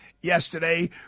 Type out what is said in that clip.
yesterday